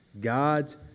God's